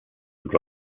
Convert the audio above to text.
would